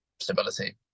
stability